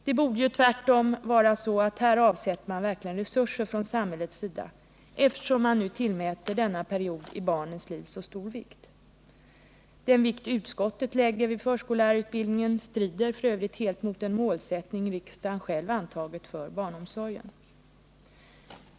Det borde tvärtom vara så att man här verkligen skulle avsätta resurser från samhällets sida, eftersom man tillmäter denna period i barnens liv så stor vikt. Den vikt utskottet lägger vid förskollärarutbildningen strider f. ö. helt mot den målsättning riksdagen själv antagit för barnomsorgen.